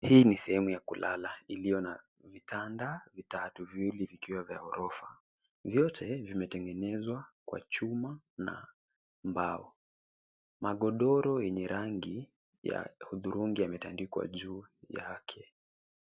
Hii ni sehemu ya kulala iliyo na vitanda vitatu, viwili vikiwa vya gorofa. Vyote vimetengenezwa kwa chuma na mbao. Magodoro yenye rangi ya hudhurungi yametandikwa juu yake.